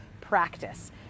practice